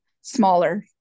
smaller